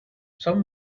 some